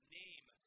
name